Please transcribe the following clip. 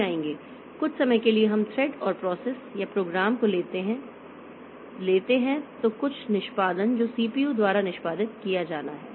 कुछ समय के लिए हम थ्रेड और प्रोसेस या प्रोग्राम को लेते हैं तो कुछ निष्पादन जो सीपीयू द्वारा निष्पादित किया जाना है